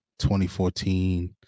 2014